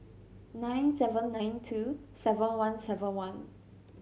nine seven nine two seven one seven one